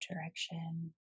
direction